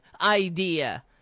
idea